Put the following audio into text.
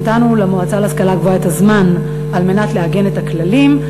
נתנו למועצה להשכלה גבוהה את הזמן על מנת לעגן את הכללים.